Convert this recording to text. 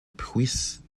puisse